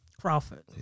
Crawford